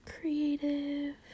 creative